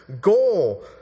goal